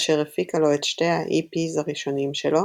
אשר הפיקה לו את שתי ה-EP's הראשונים שלו,